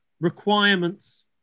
requirements